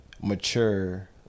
mature